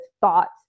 thoughts